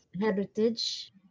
heritage